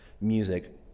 music